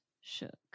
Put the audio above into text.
shook